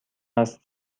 است